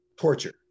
torture